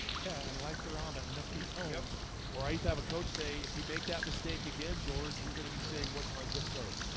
okay, and lights are on but nobody's home yeah um or i use have a coach say if you make that mistake again george you're gonna be saying what's my zip code?